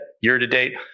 year-to-date